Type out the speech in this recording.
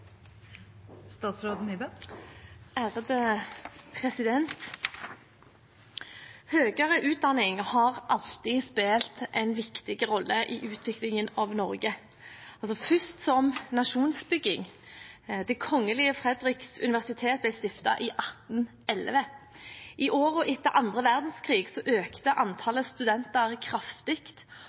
utdanning har alltid spilt en viktig rolle i utviklingen av Norge. Først som nasjonsbygging – Det Kongelige Frederiks Universitet ble stiftet i 1811. I årene etter annen verdenskrig økte antallet studenter kraftig,